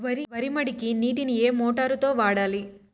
వరి మడికి నీటిని ఏ మోటారు తో వాడాలి?